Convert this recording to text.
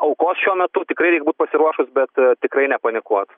aukos šiuo metu tikrai reik būt pasiruošus bet tikrai nepanikuot